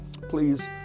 Please